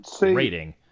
rating